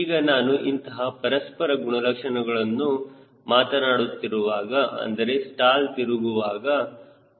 ಈಗ ನಾನು ಇಂತಹ ಪರಸ್ಪರ ಗುಣಲಕ್ಷಣಗಳನ್ನು ಮಾತನಾಡುತ್ತಿರುವಾಗ ಅಂದರೆ ಸ್ಟಾಲ್ ತಿರುಗುವಾಗ ಆಗುತ್ತದೆ